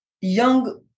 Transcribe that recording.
young